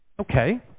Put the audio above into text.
Okay